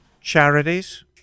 charities